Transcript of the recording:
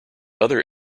other